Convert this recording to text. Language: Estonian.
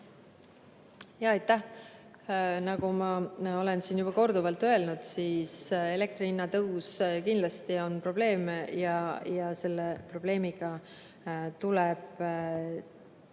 Aitäh! Nagu ma olen siin juba korduvalt öelnud, elektri hinna tõus kindlasti on probleem ja selle probleemiga tuleb tegeleda.